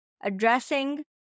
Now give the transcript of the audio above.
addressing